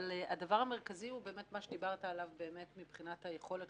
אבל הדבר המרכזי הוא באמת מה שדיברת עליו מבחינת היכולת